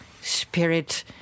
spirit